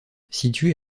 située